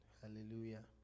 Hallelujah